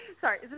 Sorry